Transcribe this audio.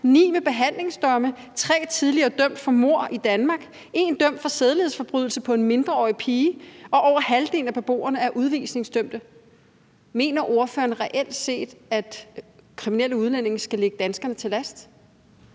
ni med behandlingsdomme, tre tidligere dømt for mord i Danmark, en dømt for sædelighedsforbrydelse på en mindreårig pige, og over halvdelen af beboerne er udvisningsdømte. Mener ordføreren reelt set, at kriminelle udlændinge skal ligge danskerne til last?